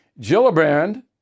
Gillibrand